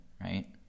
right